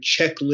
checklist